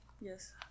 Yes